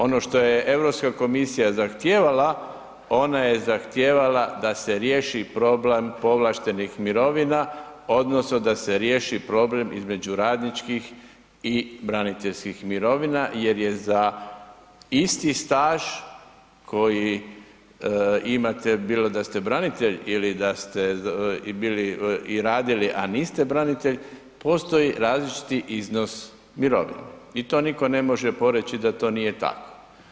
Ono što je EU komisija zahtijevala, ona je zahtijevala da se riješi problem povlaštenih mirovina, odnosno da se riješi problem između radničkih i braniteljskih mirovina jer je za isti staž koji imate, bilo da ste branitelj ili da ste bili i radili, a niste branitelj, postoji različiti iznos mirovine i to nitko ne može poreći da to nije tako.